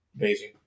amazing